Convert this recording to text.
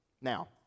Now